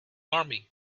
army